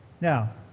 Now